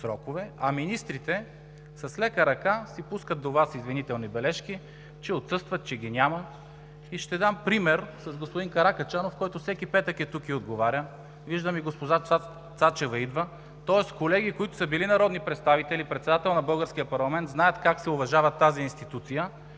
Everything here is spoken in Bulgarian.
а министрите с лека ръка си пускат до Вас извинителни бележки, че отсъстват, че ги няма. Ще дам пример с господин Каракачанов, който всеки петък е тук и отговоря, виждам и госпожа Цачева идва. Тоест колеги, които са били народни представители и председател на българския парламент, знаят как се уважава тази институция,